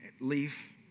leaf